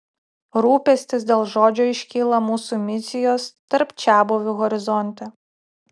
rūpestis dėl žodžio iškyla mūsų misijos tarp čiabuvių horizonte